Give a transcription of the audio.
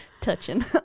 touching